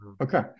Okay